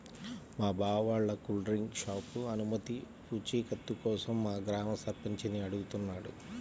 మా బావ వాళ్ళ కూల్ డ్రింక్ షాపు అనుమతి పూచీకత్తు కోసం మా గ్రామ సర్పంచిని అడుగుతున్నాడు